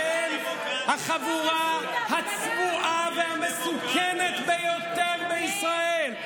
אתם החבורה הצבועה והמסוכנת ביותר בישראל,